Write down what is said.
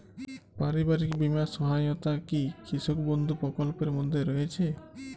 পারিবারিক বীমা সহায়তা কি কৃষক বন্ধু প্রকল্পের মধ্যে রয়েছে?